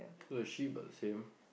a sheep but same